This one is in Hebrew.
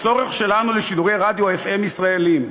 הצורך שלנו בשידורי רדיו FM ישראליים,